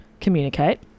communicate